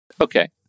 Okay